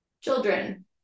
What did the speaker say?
children